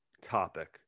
topic